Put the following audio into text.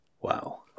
Wow